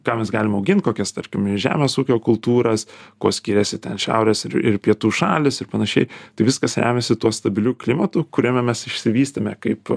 ką mes galim augint kokias tarkim žemės ūkio kultūras kuo skiriasi ten šiaurės ir ir pietų šalys ir panašiai tai viskas remiasi tuo stabiliu klimatu kuriame mes išsivystėme kaip